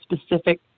specific